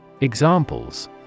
Examples